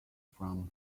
from